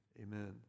Amen